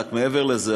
אלא זה אפילו מעבר לזה,